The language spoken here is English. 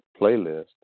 playlist